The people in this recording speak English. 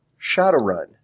Shadowrun